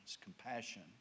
Compassion